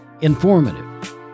Informative